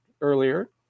earlier